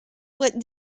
let